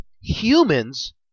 humans